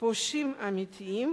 פושעים אמיתיים,